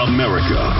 America